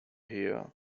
here